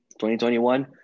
2021